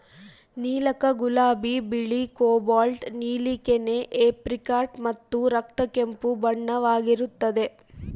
ನೀಲಕ ಗುಲಾಬಿ ಬಿಳಿ ಕೋಬಾಲ್ಟ್ ನೀಲಿ ಕೆನೆ ಏಪ್ರಿಕಾಟ್ ಮತ್ತು ರಕ್ತ ಕೆಂಪು ಬಣ್ಣವಾಗಿರುತ್ತದೆ